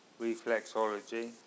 reflexology